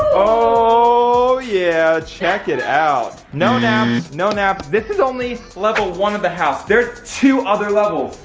oh yeah, check it out. no naps. no naps. this is only level one of the house. there's two other levels.